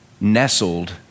nestled